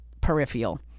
peripheral